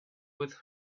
with